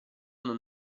non